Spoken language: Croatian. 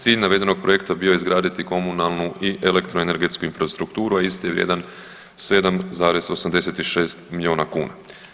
Cilj navedenog projekta bio je izgraditi komunalnu i elektroenergetsku infrastrukturu, a isti je vrijedan 7,86 milijuna kuna.